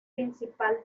principal